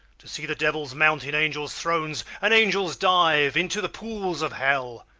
to see the devils mount in angels' thrones, and angels dive into the pools of hell!